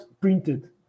printed